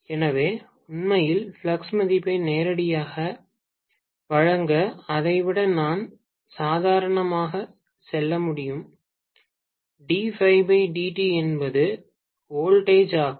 எனவே உண்மையில் ஃப்ளக்ஸ் மதிப்பை நேரடியாக வழங்கஅதை விட நான் சாதாரணமாக சொல்ல முடியும் dΦdt என்பது வோல்ட்டேஜ் ஆகும்